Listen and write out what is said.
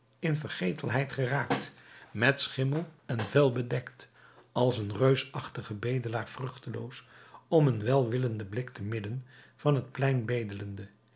in vergetelheid geraakt met schimmel en vuil bedekt als een reusachtige bedelaar vruchteloos om een welwillenden blik te midden van het plein bedelende